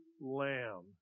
lamb